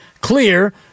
clear